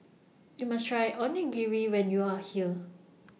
YOU must Try Onigiri when YOU Are here